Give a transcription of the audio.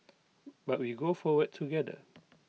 but we go forward together